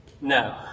no